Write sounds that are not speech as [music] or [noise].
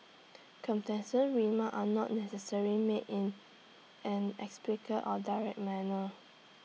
[unintelligible] remarks are not necessarily made in an [unintelligible] or direct manner